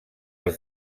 els